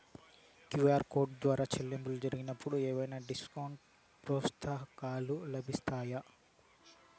QR code ద్వారా చెల్లింపులు జరిగినప్పుడు ఏవైనా డిస్కౌంట్ లు, ప్రోత్సాహకాలు లభిస్తాయా?